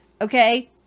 okay